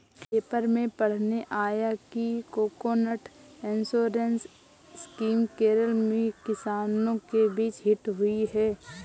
paper में पढ़ने आया कि कोकोनट इंश्योरेंस स्कीम केरल में किसानों के बीच हिट हुई है